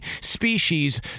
species